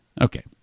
Okay